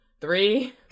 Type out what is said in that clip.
three